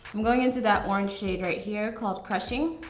i'm going into that orange shade right here called crushing.